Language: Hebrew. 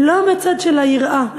לא מהצד של היראה,